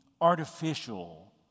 artificial